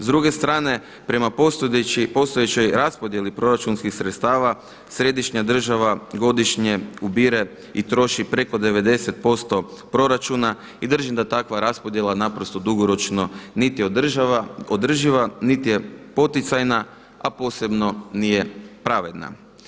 S druge strane, prema postojećoj raspodjeli proračunskih sredstava središnja država godišnje ubire i troši preko 90% proračuna i držim da takva raspodjela naprosto dugoročno niti je održiva, niti je poticajna, a posebno nije pravedna.